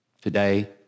today